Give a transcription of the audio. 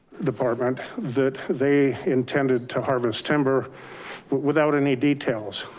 department, that they intended to harvest timber without any details.